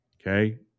okay